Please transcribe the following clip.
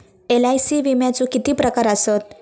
LIC विम्याचे किती प्रकार आसत?